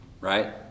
right